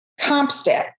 CompStat